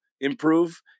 improve